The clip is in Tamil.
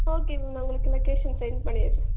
ஓகே மேம் நான் உங்களுக்கு லொகேஷன் செண்ட் பண்ணிடுறேன்